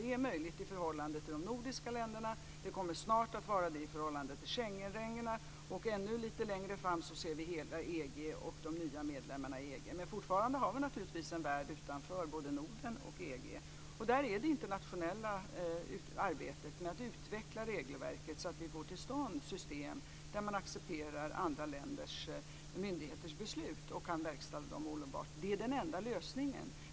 Det är möjligt i förhållande till de nordiska länderna. Det kommer snart att vara det i förhållande till Schengenländerna. Ännu lite längre fram ser vi hela EG och de nya medlemmarna i EG. Men fortfarande har vi naturligtvis en värld utanför både Norden och EG. Där är det internationella arbetet med att utveckla regelverket så att vi får till stånd system där man accepterar andra länders myndigheters beslut och kan verkställa dem omedelbart den enda lösningen.